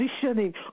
positioning